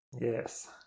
Yes